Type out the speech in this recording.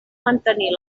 mantenir